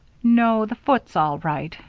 no, the foot's all right.